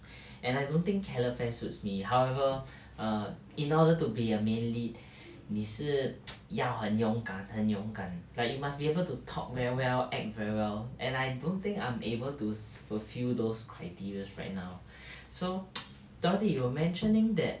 and I don't think calefare suits me however err in order to be the main lead 你是 要很勇敢很勇敢 like you must be able to talk very well act very well and I don't think I'm able to fulfil those criteria's right now so dorothy you were mentioning that